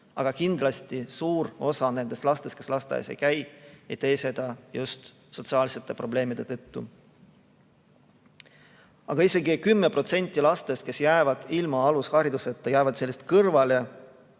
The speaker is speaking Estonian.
aga kindlasti suur osa nendest lastest, kes lasteaias ei käi, ei tee seda just sotsiaalsete probleemide tõttu. Aga isegi 10% lastest, kes jäävad ilma alushariduseta, kes jäävad sellest kõrvale,